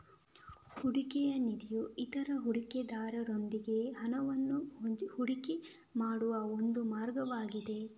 ಹೂಡಿಕೆಯ ನಿಧಿಯು ಇತರ ಹೂಡಿಕೆದಾರರೊಂದಿಗೆ ಹಣವನ್ನ ಹೂಡಿಕೆ ಮಾಡುವ ಒಂದು ಮಾರ್ಗವಾಗಿದೆ